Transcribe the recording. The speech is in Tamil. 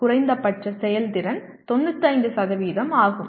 குறைந்தபட்ச செயல்திறன் 95 ஆகும்